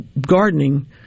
gardening